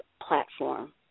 Platform